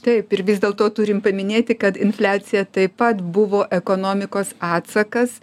taip ir vis dėlto turim paminėti kad infliacija taip pat buvo ekonomikos atsakas